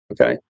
Okay